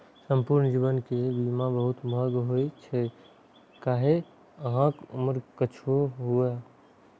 संपूर्ण जीवन के बीमा बहुत महग होइ छै, खाहे अहांक उम्र किछुओ हुअय